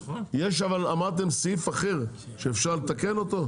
אבל אמרתם שיש סעיף אחר שאפשר לתקן אותו?